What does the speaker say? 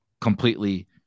completely